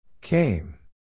Came